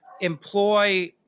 employ